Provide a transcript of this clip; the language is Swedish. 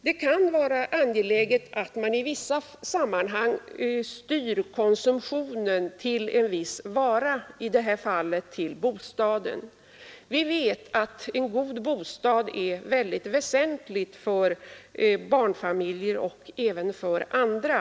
Det kan vara angeläget att i vissa sammanhang styra konsumtionen till en viss vara, i detta fall till bostaden. Vi vet att en god bostad är väsentlig för barnfamiljer och andra.